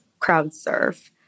CrowdSurf